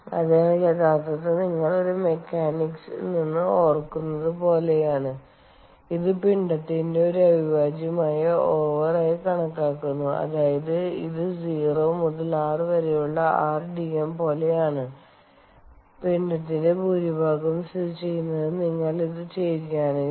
അതിനാൽ യഥാർത്ഥത്തിൽ നിങ്ങൾ ഒരു മെക്കാനിക്സിൽ നിന്ന് ഓർക്കുന്നത് പോലെയാണ് ഇത് പിണ്ഡത്തിന്റെ ഒരു അവിഭാജ്യമായ ഓവർ ആയി കണക്കാക്കുന്നു അതായത് ഇത് 0 മുതൽ r വരെയുള്ള r dM പോലെയാണ് പിണ്ഡത്തിന്റെ ഭൂരിഭാഗവും സ്ഥിതി ചെയ്യുന്നതിനാൽ നിങ്ങൾ ഇത് ചെയ്യുകയാണെങ്കിൽ